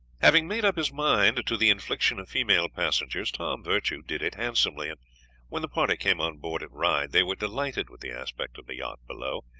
having made up his mind to the infliction of female passengers, tom virtue did it handsomely, and when the party came on board at ryde they were delighted with the aspect of the yacht below.